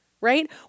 right